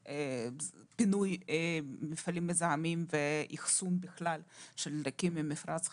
פינוי מפעלים מזהמים ובכלל אחסון של דלקים במפרץ חיפה.